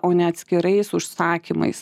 o ne atskirais užsakymais